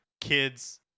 kids